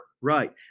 Right